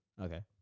Okay